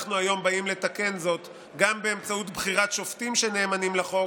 ואנחנו היום באים לתקן זאת גם באמצעות בחירת שופטים שנאמנים לחוק